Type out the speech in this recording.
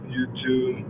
YouTube